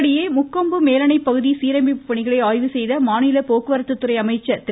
இதனிடையே முக்கொம்பு மேலணை பகுதி சீரமைப்பு பணிகளை ஆய்வு செய்த மாநில போக்குவரத்துத்துறை அமைச்சர் திரு